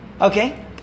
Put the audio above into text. Okay